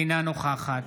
אינה נוכחת